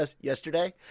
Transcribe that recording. yesterday